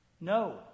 no